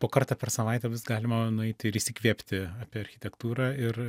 po kartą per savaitę bus galima nueiti ir įsikvėpti apie architektūrą ir